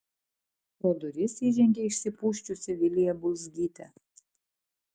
pro duris įžengė išsipusčiusi vilija bulzgytė